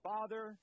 Father